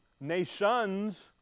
nations